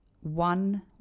one